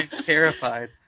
Terrified